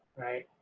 right.